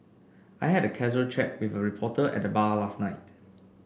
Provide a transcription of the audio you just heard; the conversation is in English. I had a casual chat with a reporter at the bar last night